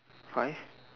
five